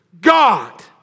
God